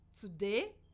today